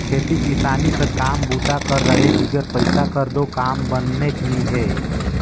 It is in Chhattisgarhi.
खेती किसानी कर काम बूता कर रहें बिगर पइसा कर दो काम बननेच नी हे